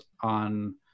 on